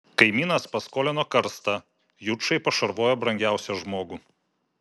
kaimynas paskolino karstą jučai pašarvojo brangiausią žmogų